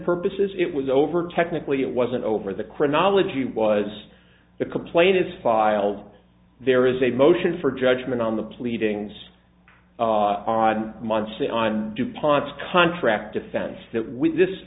purposes it was over technically it wasn't over the chronology was the complaint is filed there is a motion for judgment on the pleadings on munson on dupont's contract defense that with this